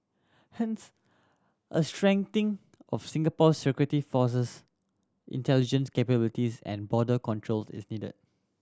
hence a strengthening of Singapore's security forces intelligence capabilities and border controls is needed